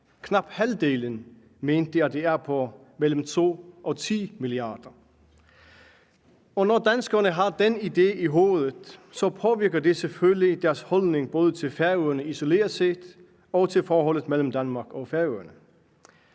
Knap halvdelen mente, at det er på mellem 2 og 10 mia. kr. Når danskerne har den idé i hovedet, påvirker det selvfølgelig deres holdning både til Færøerne isoleret set og til forholdet mellem Danmark og Færøerne.